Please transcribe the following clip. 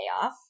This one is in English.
off